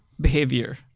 behavior